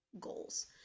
goals